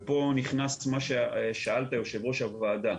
ופה נכנס מה ששאלת, יו"ר הוועדה,